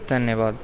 ਧੰਨਵਾਦ